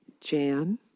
Jan